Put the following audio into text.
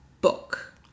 Book